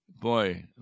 boy